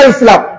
Islam